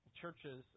churches